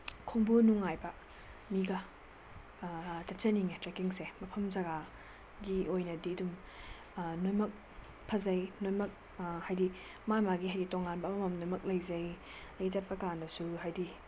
ꯈꯣꯡꯕꯨ ꯅꯨꯡꯉꯥꯏꯕ ꯃꯤꯒ ꯆꯠꯆꯅꯤꯡꯉꯦ ꯇ꯭ꯔꯦꯛꯀꯤꯡꯁꯦ ꯃꯐꯝ ꯖꯒꯥꯒꯤ ꯑꯣꯏꯅꯗꯤ ꯑꯗꯨꯝ ꯂꯣꯏꯅꯃꯛ ꯐꯖꯩ ꯂꯣꯏꯅꯃꯛ ꯍꯥꯏꯗꯤ ꯃꯥ ꯃꯥꯒꯤ ꯍꯥꯏꯗꯤ ꯇꯣꯉꯥꯟꯕ ꯑꯃꯃꯝ ꯂꯣꯏꯅꯃꯛ ꯂꯩꯖꯩ ꯑꯗꯩ ꯆꯠꯄ ꯀꯥꯟꯗꯁꯨ ꯍꯥꯏꯗꯤ